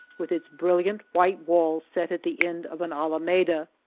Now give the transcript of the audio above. with its brilliant white walls set at the end of an alameda,